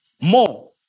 More